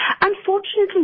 Unfortunately